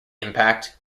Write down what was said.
impact